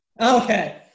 Okay